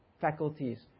faculties